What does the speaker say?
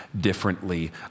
differently